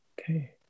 Okay